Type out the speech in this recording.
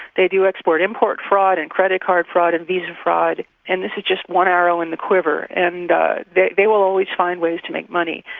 they do export-import fraud, and credit card and visa fraud, and this is just one arrow in the quiver. and they they will always find ways to make money.